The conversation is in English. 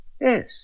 Yes